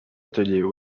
ateliers